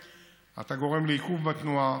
אתה גורם לעיכוב בתנועה.